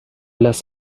لاس